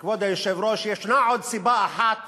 כבוד היושב-ראש, שישנה עוד סיבה אחת